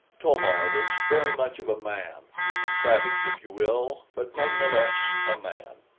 to-mar was very much of a man a savage, if you will, but none the less a man.